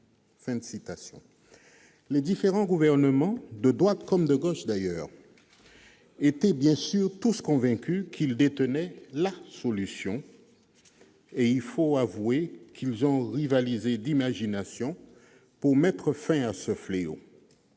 Les différents gouvernements, de droite comme de gauche, étaient bien sûr tous convaincus qu'ils détenaient la solution. Il faut avouer qu'ils ont rivalisé d'imagination pour mettre fin à ce fléau.